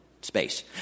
space